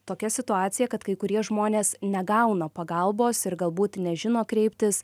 tokia situacija kad kai kurie žmonės negauna pagalbos ir galbūt nežino kreiptis